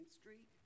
Street